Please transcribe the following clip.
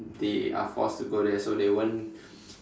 they are forced to go there so they won't